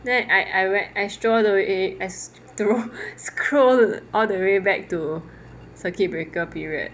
then I I read I stroll all the eh I stroll I scroll all the way back to circuit breaker period